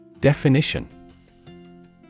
Definition